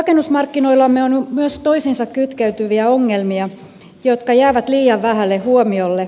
rakennusmarkkinoillamme on myös toisiinsa kytkeytyviä ongelmia jotka jäävät liian vähälle huomiolle